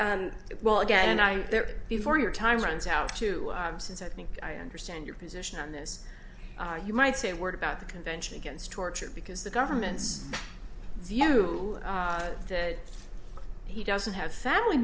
and well again i there before your time runs out to since i think i understand your position on this you might say a word about the convention against torture because the government's view that he doesn't have family